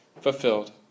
fulfilled